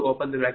9857394 40